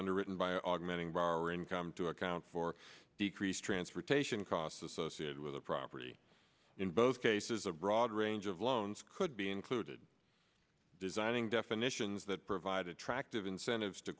underwritten by augmenting by our income to account for decrease transportation costs associated with the property in both cases a broad range of loans could be included designing definitions that provide attractive